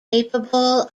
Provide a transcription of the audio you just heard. capable